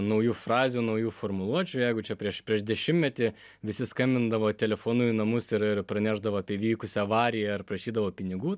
naujų frazių naujų formuluočių jeigu čia prieš prieš dešimtmetį visi skambindavo telefonu į namus ir pranešdavo apie vykusią avariją ir prašydavo pinigų